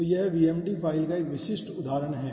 तो यह VMD file का एक विशिष्ट उदाहरण है